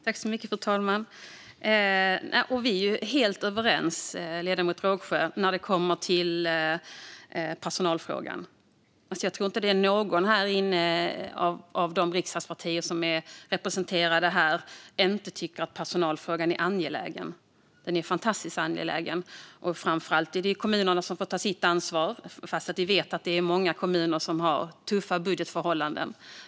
Fru talman! När det kommer till personalfrågan är vi helt överens, ledamoten Rågsjö. Jag tror inte att något av de riksdagspartier som är representerade här i kammaren tycker att personalfrågan inte är angelägen. Den är otroligt angelägen. Det är framför allt kommunerna som får ta sitt ansvar, även om vi vet att många kommuner har tuffa budgetförhållanden.